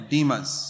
Demas